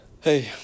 Hey